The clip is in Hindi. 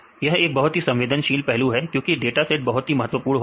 यह एक बहुत ही संवेदनशील पहलू है क्योंकि डाटा सेट बहुत ही महत्वपूर्ण होते हैं